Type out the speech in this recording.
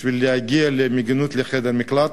בשביל להגיע למיגונית, לחדר מקלט,